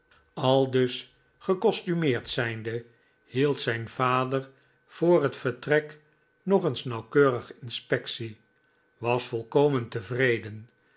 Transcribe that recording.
aldus gecostumeerd zijnde hield zijn vader voor het vertrek nog eens nauwkeurig inspectie was volkomen tevreden